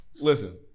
listen